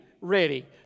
ready